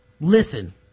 listen